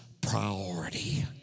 priority